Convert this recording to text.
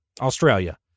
australia